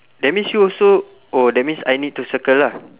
that means here also oh that means I need to circle lah